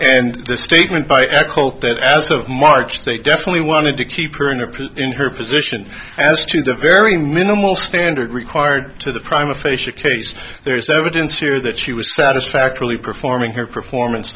and the statement by that as of march they definitely wanted to keep her in her position as to the very minimal standard required to the prime of face to case there is evidence here that she was satisfactorily performing her performance